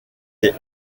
des